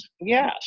Yes